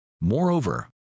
Moreover